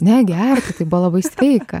ne gerti tai buvo labai sveika